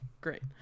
Great